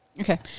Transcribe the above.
Okay